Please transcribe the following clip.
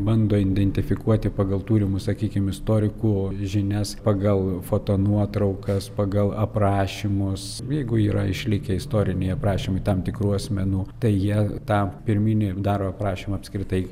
bando identifikuoti pagal turimus sakykime istorikų žinias pagal foto nuotraukas pagal aprašymus jeigu yra išlikę istoriniai aprašymai tam tikrų asmenų tai jie tą pirminį daro prašymą apskritai